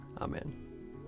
Amen